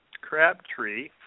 Crabtree